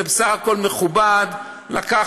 זה בסך הכול מכובד לקחת.